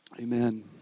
Amen